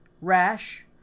rash